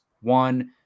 One